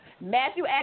Matthew